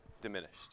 diminished